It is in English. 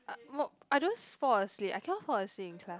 uh I don't fall asleep I cannot fall asleep in class